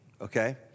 Okay